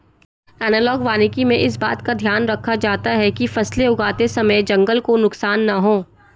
analogue वानिकी में इस बात का ध्यान रखा जाता है कि फसलें उगाते समय जंगल को नुकसान ना हो